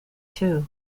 too